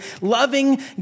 loving